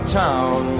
town